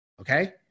Okay